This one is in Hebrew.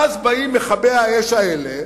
ואז באים מכבי האש האלה